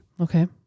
Okay